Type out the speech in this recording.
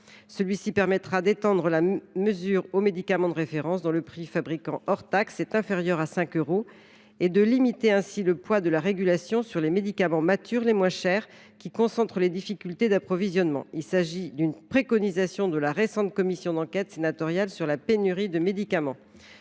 vise à étendre la mesure aux médicaments de référence dont le prix fabricant hors taxe est inférieur à 5 euros et ainsi à limiter le poids de la régulation sur les médicaments matures les moins chers, qui concentrent les difficultés d’approvisionnement. Il s’agit d’une préconisation de la récente commission d’enquête sénatoriale sur la pénurie de médicaments.